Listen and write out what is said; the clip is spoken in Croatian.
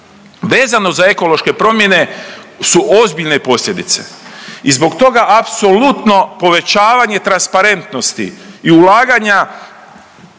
vezano za ekološke promjene su ozbiljne posljedice i zbog toga apsolutno povećavanje transparentnosti i ulaganja